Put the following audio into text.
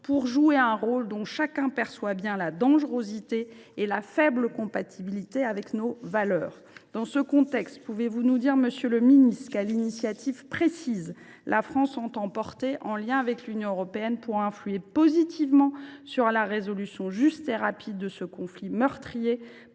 y jouer un rôle dont chacun perçoit bien la dangerosité et la faible compatibilité avec nos valeurs. Dans ce contexte, pouvez vous nous dire, monsieur le ministre, quelle initiative précise la France entend prendre, en lien avec l’Union européenne, pour exercer une influence positive en faveur d’une résolution juste et rapide de ce conflit meurtrier